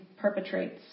perpetrates